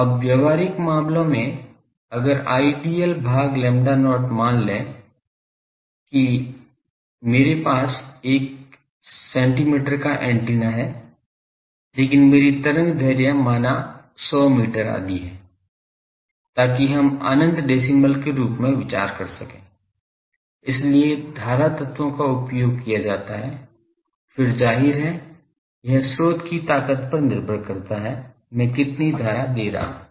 अब व्यावहारिक मामलों में अगर Idl भाग lambda not मान लें कि मेरे पास एक सेंटीमीटर का एंटीना है लेकिन मेरी तरंग दैर्ध्य माना 100 मीटर आदि है ताकि हम अनंत डेसीमल के रूप में विचार कर सकें इसलिए धारा तत्वों का उपयोग किया जाता है फिर जाहिर है यह स्रोत की ताकत पर निर्भर करता है मैं कितनी धारा दे रहा हूं